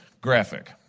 graphic